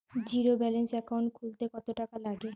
Zero balance account খুলতে কত টাকা লাগে?